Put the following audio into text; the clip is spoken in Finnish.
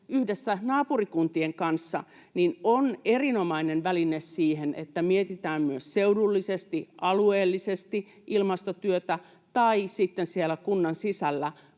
yhdessä naapurikuntien kanssa, on erinomainen väline siihen, että mietitään myös seudullisesti, alueellisesti, ilmastotyötä tai sitten siellä kunnan sisällä